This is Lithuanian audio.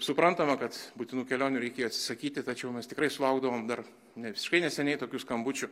suprantama kad būtinų kelionių reikėjo atsisakyti tačiau mes tikrai sulaukdavom dar ne visiškai neseniai tokių skambučių